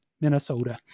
Minnesota